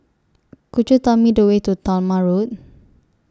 Could YOU Tell Me The Way to Talma Road